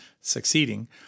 succeeding